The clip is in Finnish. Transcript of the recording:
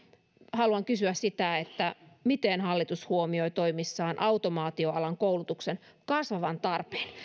haluan kysyä sitä miten hallitus huomioi toimissaan automaatioalan koulutuksen kasvavan tarpeen